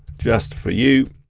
just for you.